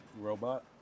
Robot